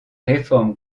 réformes